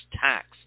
tax